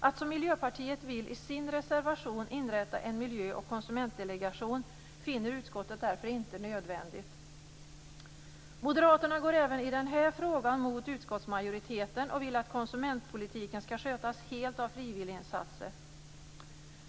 Det som Miljöpartiet anför i sin reservation om att man vill inrätta en miljö och konsumentdelegation finner utskottet inte nödvändigt. Moderaterna går även i den här frågan mot utskottsmajoriteten och vill att konsumentpolitiken skall skötas helt av frivilliginsatser.